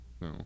No